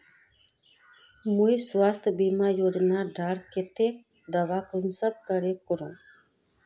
मुई स्वास्थ्य बीमा योजना डार केते दावा कुंसम करे करूम?